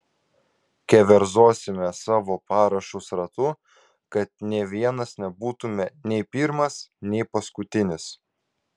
keverzosime savo parašus ratu kad nė vienas nebūtume nei pirmas nei paskutinis